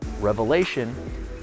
revelation